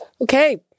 Okay